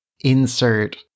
insert